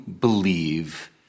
believe